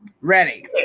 Ready